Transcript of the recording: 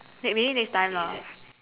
maybe next time lah